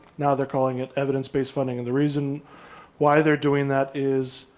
now they're calling it evidence-based funding and the reason why they're doing that is,